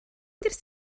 mynd